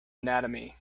anatomy